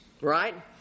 right